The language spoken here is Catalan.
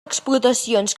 explotacions